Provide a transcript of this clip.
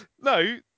No